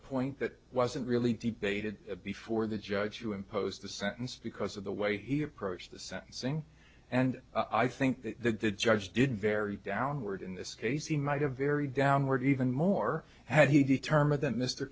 point that wasn't really debated before the judge who imposed the sentence because of the way he approached the sentencing and i think that the judge did very downward in this case he might have very downward even more had he determined that mr